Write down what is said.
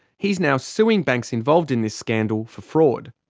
he's now suing banks involved in this scandal for fraud.